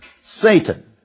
Satan